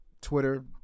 Twitter